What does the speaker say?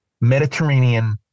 Mediterranean